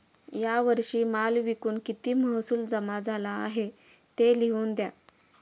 या वर्षी माल विकून किती महसूल जमा झाला आहे, ते लिहून द्या